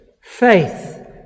Faith